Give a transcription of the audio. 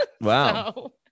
wow